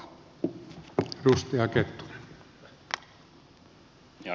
arvoisa puhemies